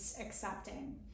accepting